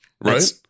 right